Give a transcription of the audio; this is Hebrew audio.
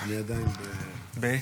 אני עדיין --- ב-?